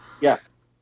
Yes